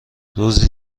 روزی